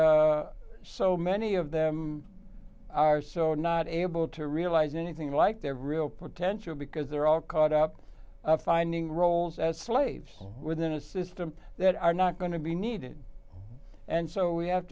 so many of them are so not able to realize anything like their real potential because they're all caught up finding roles as slaves within a system that are not going to be needed and so we have